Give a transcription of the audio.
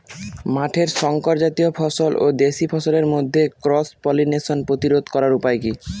মাঠের শংকর জাতীয় ফসল ও দেশি ফসলের মধ্যে ক্রস পলিনেশন প্রতিরোধ করার উপায় কি?